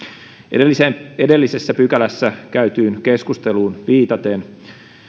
edellisessä edellisessä pykälässä käytyyn keskusteluun viitaten